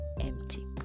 empty